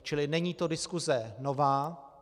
Čili není to diskuse nová.